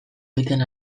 egiten